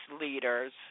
leaders